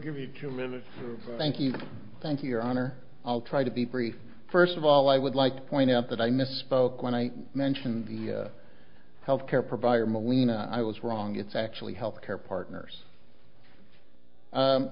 give you two minutes thank you thank you your honor i'll try to be free first of all i would like to point out that i misspoke when i mentioned the health care provider molina i was wrong it's actually health care partners